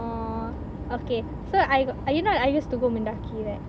oh okay so I got ah you know I used to go Mendaki right